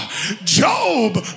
Job